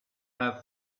have